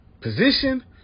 position